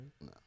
no